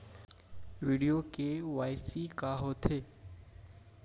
video KYC का होथे